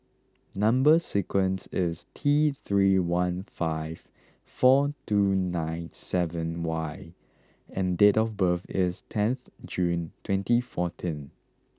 number sequence is T three one five four two nine seven Y and date of birth is ten June twenty fourteen